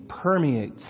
permeates